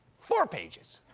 four pages!